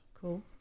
cool